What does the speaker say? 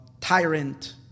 tyrant